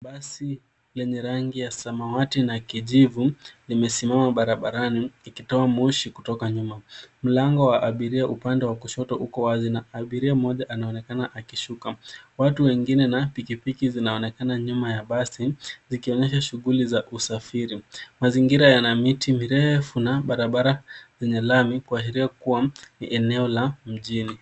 Basi lenye rangi ya samawati na kijivu limesimama barabarani ikitoa moshi kutoka nyuma. Mlango wa abiria, upande wa kushoto liko wazi na abiria mmoja anaonekana akishuka. Watu wengine na pikipiki zinaonekana nyuma ya basi zikionyesha shughuli za usafiri. Mazingira yana miti mirefu na barabara zenye lami kuashiria kuwa ni eneo la mjini.